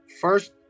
first